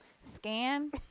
scan